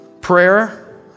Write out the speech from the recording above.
prayer